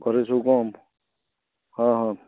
ଘରେ ସବୁ କ'ଣ ହଁ ହଁ